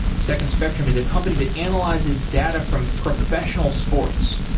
second spectrum is a company that analyzes data from professional sports,